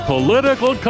Political